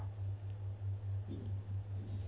!wah!